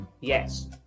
Yes